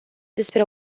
despre